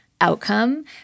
outcome